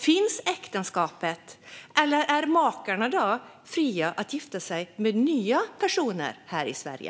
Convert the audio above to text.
Finns äktenskapet, eller är makarna då fria att gifta sig med nya personer här i Sverige?